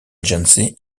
agency